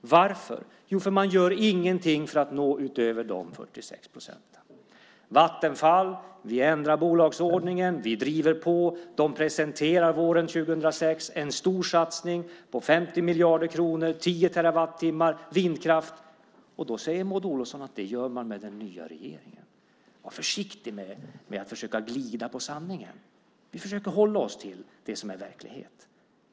Varför? Jo, därför att man inte gör någonting för att nå utöver de 46 procenten. För Vattenfall ändrade vi bolagsordningen. Vi drev på. De presenterade våren 2006 en stor satsning på 50 miljarder kronor, tio terawattimmar från vindkraft. Då säger Maud Olofsson att man gör det med den nya regeringen. Var försiktig med att försöka glida på sanningen! Vi försöker hålla oss till det som är verklighet.